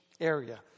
area